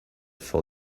for